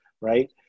right